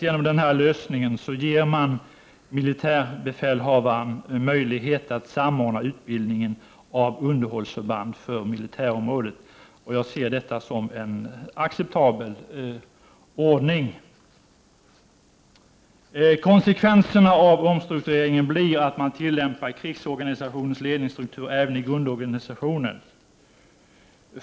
Genom denna lösning ger man militärbefälhavaren möjlighet att samordna utbildningen av underhållsförband för militärområdet. Jag ser detta som en acceptabel ordning. Konsekvenserna av omstruktureringen blir att man tillämpar krigsorganisationens ledningsstruktur även i grundorganisationen.